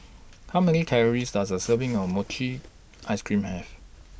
How Many Calories Does A Serving of Mochi Ice Cream Have